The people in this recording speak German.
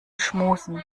schmusen